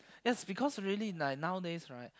yes because really like nowadays right